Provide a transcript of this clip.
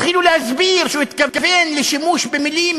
התחילו להסביר שהוא התכוון לשימוש במילים,